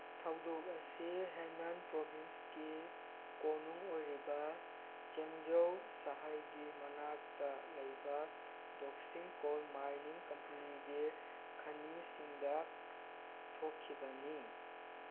ꯊꯧꯗꯣꯛ ꯑꯁꯤ ꯍꯦꯅꯟ ꯄ꯭ꯔꯣꯚꯤꯟꯁꯀꯤ ꯀꯣꯅꯨꯡ ꯑꯣꯏꯔꯤꯕ ꯆꯦꯡꯖꯧ ꯁꯍꯔꯒꯤ ꯃꯅꯥꯛꯇ ꯂꯩꯕ ꯗꯣꯛꯁꯤꯡ ꯀꯣꯜ ꯃꯥꯏꯟꯅꯤꯡ ꯀꯝꯄꯅꯤꯒꯤ ꯈꯅꯤꯁꯤꯡꯗ ꯊꯣꯛꯈꯤꯕꯅꯤ